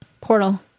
portal